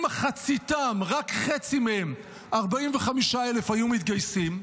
אם מחציתם, רק חצי מהם, 45,000, היו מתגייסים,